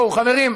חברים,